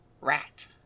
rat